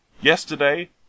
Yesterday